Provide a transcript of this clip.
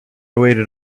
waited